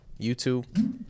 youtube